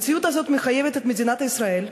המציאות הזאת מחייבת את מדינת ישראל,